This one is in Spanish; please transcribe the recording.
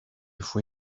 fue